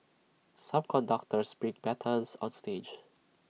some conductors bring batons on stage